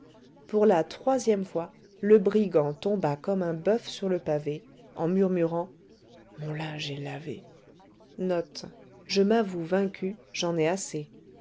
pour la troisième fois le brigand tomba comme un boeuf sur le pavé en murmurant mon linge est lavé